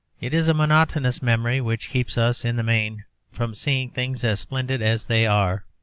it is a monotonous memory which keeps us in the main from seeing things as splendid as they are.